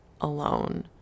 alone